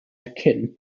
akin